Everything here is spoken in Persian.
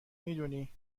میدونی